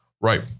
Right